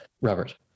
Robert